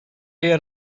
yer